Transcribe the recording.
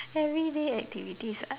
every day activities ah